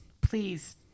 please